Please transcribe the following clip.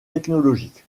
technologique